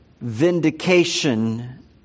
vindication